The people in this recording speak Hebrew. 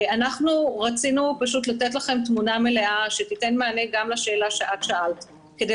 אנחנו רצינו לתת לכם תמונה מלאה שתיתן מענה גם לאלה שאת שאלת כדי